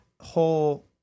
whole